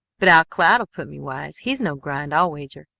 but al cloud'll put me wise. he's no grind, i'll wager.